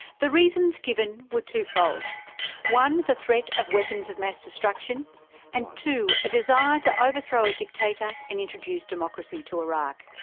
the reasons given were two fold one, the threat of weapons of mass destruction and, two, a desire to overthrow a dictator and introduce democracy to iraq.